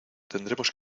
tendremos